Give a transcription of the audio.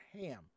ham